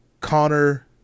Connor